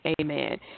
amen